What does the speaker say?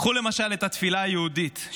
קחו למשל את התפילה היהודית,